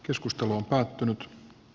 keskustelu on päättynyt